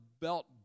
belt